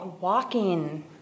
walking